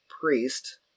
priest